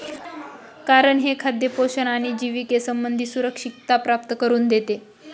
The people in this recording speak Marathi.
कारण हे खाद्य पोषण आणि जिविके संबंधी सुरक्षितता प्राप्त करून देते